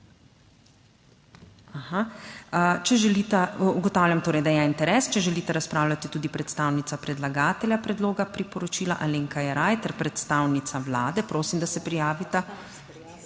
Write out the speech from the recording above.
Aha. Ugotavljam torej, da je interes, če želita razpravljati tudi predstavnica predlagatelja predloga priporočila Alenka Jeraj ter predstavnica Vlade, prosim, da se prijavita